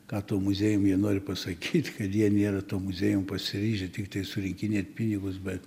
ką tuo muziejum jie nori pasakyt kad jie nėra tuo muziejum pasiryžę tiktai surinkinėt pinigus bet